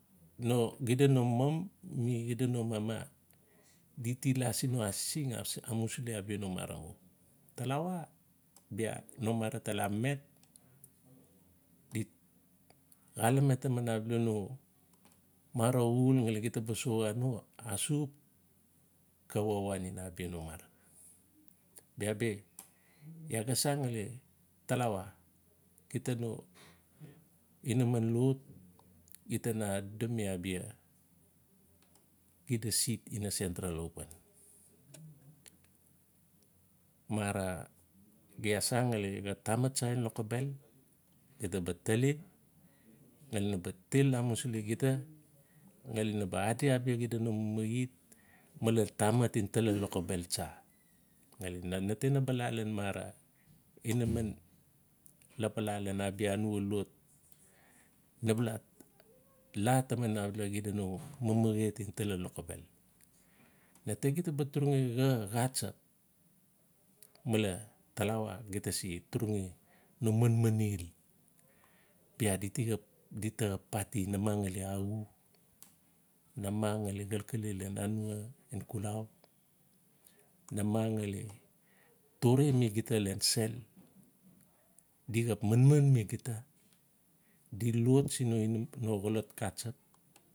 No. xida no mom mi xida na mama. di ti la siin no asising asii amusili abia no marang. Talawa bia no mara tala met di xalame taman abia no mara uul ngali gita ba soxa no asuk xa wawan ina abia no mara. Bia bi iaa ga san ngali talawa xida no inaman lot gita no adodomi abia xida seat. sentral open. Mara. iaa sangali xa taman tsa en lokobel gita ba tali ngali naba til amusili gita ngali naba adi abia xida no mamahet male tamat ngen tala lokobel tsa. Na ba la ian mara inaman lapala ian abia anua lot. Naba la. la taman abala xida no mamahet en tala lokobel. Na te gita ba turagi xa xatsap. male tawala. gi tase turagi no manmanel bia di ti xap ati ngali axuu. namang ngali xalkale ian anua en xulau na mang ngali tore mi gita ian sel. xap manman mi gita. di lot sin no xolot xatsap.